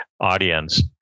audience